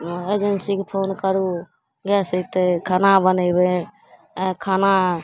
अँ एजेन्सीके फोन करू गैस अएतै खाना बनेबै आइ खाना